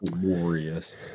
glorious